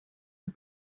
the